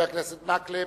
בבקשה, חבר הכנסת מקלב,